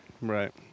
Right